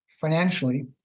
financially